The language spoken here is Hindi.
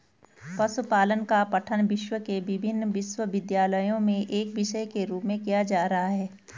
पशुपालन का पठन विश्व के विभिन्न विश्वविद्यालयों में एक विषय के रूप में किया जा रहा है